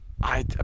I-